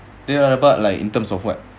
dia rabak like in terms of what